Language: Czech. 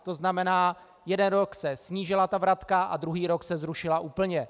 To znamená, jeden rok se snížila vratka a druhý rok se zrušila úplně.